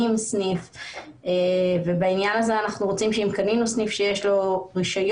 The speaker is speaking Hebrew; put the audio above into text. סניף ובעניין הזה אנחנו רוצים שאם קנינו סניף שיש לו רישיון,